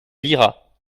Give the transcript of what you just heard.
liras